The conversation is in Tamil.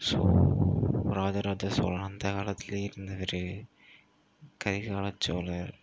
ஸோ ராஜராஜ சோழன் அந்த காலத்திலே இருந்தவர் கரிகாலச்சோழர்